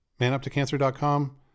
manuptocancer.com